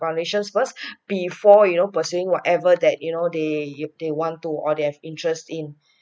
foundations first before you know pursuing whatever that you know they if they want to or they have interest in